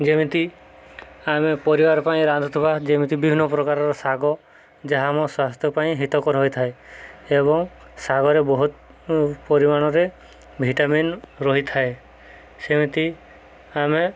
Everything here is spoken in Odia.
ଯେମିତି ଆମେ ପରିବାର ପାଇଁ ରାନ୍ଧୁଥିବା ଯେମିତି ବିଭିନ୍ନ ପ୍ରକାରର ଶାଗ ଯାହା ଆମ ସ୍ୱାସ୍ଥ୍ୟ ପାଇଁ ହିତକର ହୋଇଥାଏ ଏବଂ ଶାଗରେ ବହୁତ ପରିମାଣରେ ଭିଟାମିନ୍ ରହିଥାଏ ସେମିତି ଆମେ